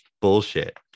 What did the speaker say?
bullshit